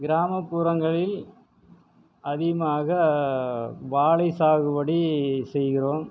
கிராமப்புறங்களில் அதிகமாக வாழை சாகுபடி செய்கிறோம்